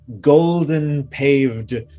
golden-paved